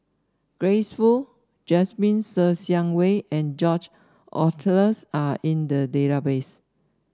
Grace Fu Jasmine Ser Xiang Wei and George Oehlers are in the database